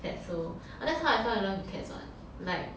fatso that's how I fell in love with cats [what]